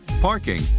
parking